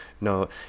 no